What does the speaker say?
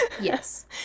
Yes